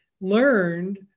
learned